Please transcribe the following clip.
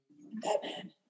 Batman